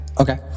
Okay